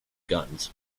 guns